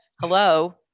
hello